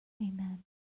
amen